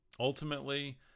Ultimately